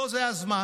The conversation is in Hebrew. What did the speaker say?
לא זה הזמן.